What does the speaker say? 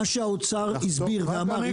מה שהאוצר הסביר ואמר.